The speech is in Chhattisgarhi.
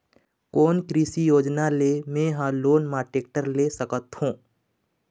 कोन कृषि योजना ले मैं हा लोन मा टेक्टर ले सकथों?